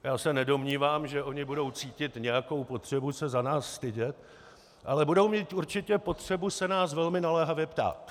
Já se nedomnívám, že ony budou cítit nějakou potřebu se za nás stydět, ale budou mít určitě potřebu se nás velmi naléhavě ptát.